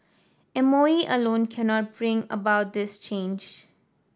M O E alone cannot bring about this change